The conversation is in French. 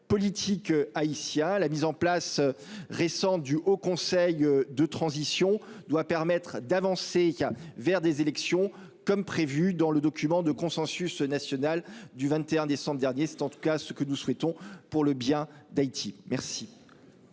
La mise en place récent du Haut Conseil de transition doit permettre d'avancer vers des élections comme prévu dans le document de consensus national du 21 décembre dernier. C'est en tout cas ce que nous souhaitons, pour le bien d'Haïti. Merci.